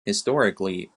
historically